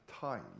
time